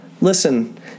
Listen